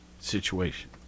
situation